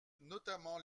notamment